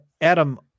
adam